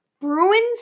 Bruins